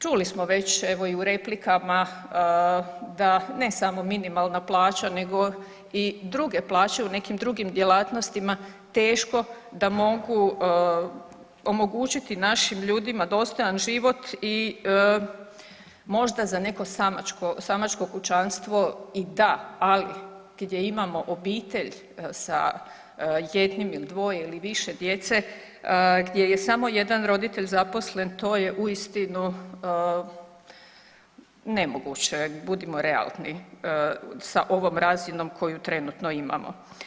Čuli smo već evo i u replikama da ne samo minimalna plaća nego i druge plaće u nekim drugim djelatnostima teško da mogu omogućiti našim ljudima dostojan život i možda za neko samačko, samačko kućanstvo i da, ali gdje imamo obitelj sa jednim ili dvoje ili više djece, gdje je samo jedan roditelj zaposlen to je uistinu nemoguće, budimo realni sa ovom razinom koju trenutno imamo.